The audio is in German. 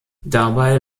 dabei